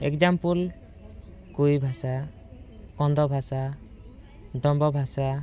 example Koi ଭାଷା କନ୍ଧ ଭାଷା ଡମ୍ବ ଭାଷା